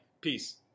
peace